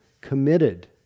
committed